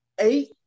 Eight